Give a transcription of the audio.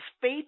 Faith